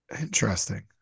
interesting